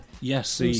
Yes